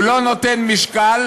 הוא לא נותן משקל,